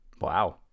wow